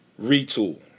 retool